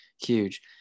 huge